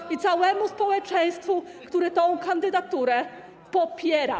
Ooo... ...i całemu społeczeństwu, które tę kandydaturę popiera.